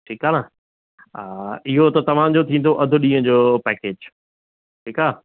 ठीकु आहे न हा इहो त तव्हांजो थींदो अध ॾींहुं जो पैकेज ठीकु आहे